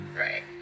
Right